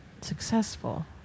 successful